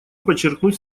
подчеркнуть